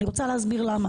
אני רוצה להסביר למה.